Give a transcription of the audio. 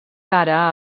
ara